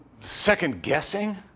Second-guessing